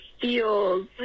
feels